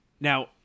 Now